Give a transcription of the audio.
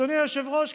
אדוני היושב-ראש,